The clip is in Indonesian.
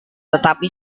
tetapi